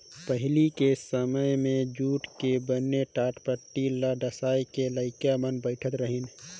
पहिली के समें मे जूट के बने टाटपटटी ल डसाए के लइका मन बइठारत रहिन